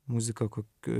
muzika kokiu